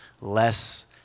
less